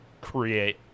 create